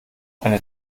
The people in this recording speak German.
eine